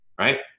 Right